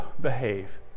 behave